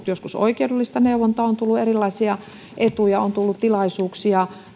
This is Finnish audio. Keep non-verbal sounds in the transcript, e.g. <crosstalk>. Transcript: <unintelligible> joskus oikeudellista neuvontaa on tullut erilaisia etuja on tullut tilaisuuksia